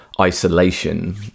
isolation